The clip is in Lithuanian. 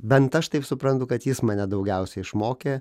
bent aš taip suprantu kad jis mane daugiausia išmokė